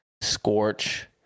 Scorch